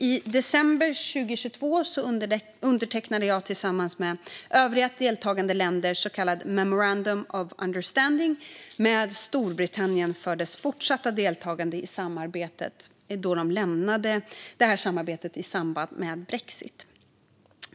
I december 2022 undertecknade jag tillsammans med övriga deltagande länder ett så kallat memorandum of understanding med Storbritannien för dess fortsatta deltagande i samarbetet, då landet lämnade NSEC i samband med brexit.